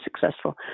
successful